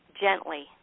gently